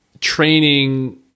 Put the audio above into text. training